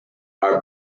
our